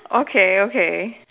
okay okay